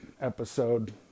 episode